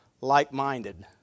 like-minded